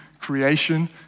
creation